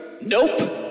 Nope